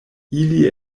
ili